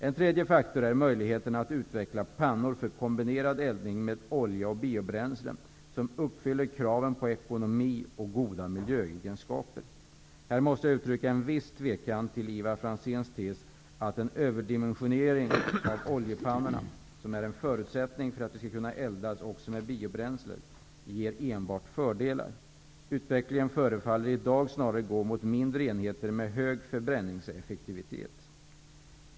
En tredje faktor är möjligheterna att utveckla pannor för kombinerad eldning med olja och biobränslen som uppfyller kraven på ekonomi och goda miljöegenskaper. Här måste jag uttrycka en viss tvekan till Ivar Franzéns tes att en överdimensionering av oljepannorna -- som är en förutsättning för att de skall kunna eldas också med biobränslen -- enbart ger fördelar. Utvecklingen förefaller i dag snarare att gå mot mindre enheter med hög förbränningseffektivitet.